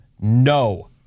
no